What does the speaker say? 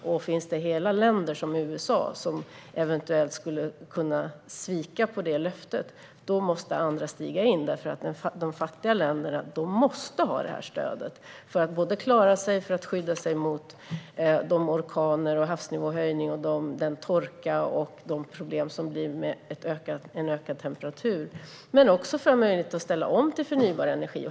Om det finns länder som USA som eventuellt skulle kunna svika det löftet måste andra stiga in, för de fattiga länderna måste ha det här stödet för att klara sig. De måste kunna skydda sig mot de orkaner, havsnivåhöjningar, torka och de problem som blir med en ökad temperatur men också få möjlighet att ställa om till förnybar energi.